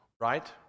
right